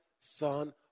Son